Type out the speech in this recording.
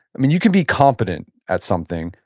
i mean you can be competent at something,